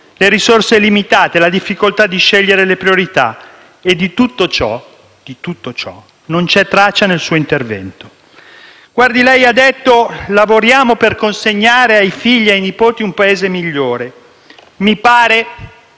le risorse limitate e la difficoltà di scegliere le priorità; di tutto ciò non c'è traccia nel suo intervento. Lei ha detto di lavorare per consegnare ai figli e ai nipoti un Paese migliore. Mi pare